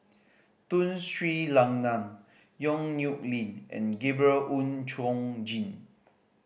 Tun Sri Lanang Yong Nyuk Lin and Gabriel Oon Chong Jin